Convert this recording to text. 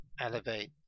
elevate